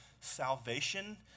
salvation